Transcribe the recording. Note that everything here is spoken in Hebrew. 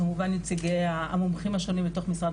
כמובן נציגי המומחים השונים בתוך משרד